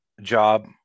job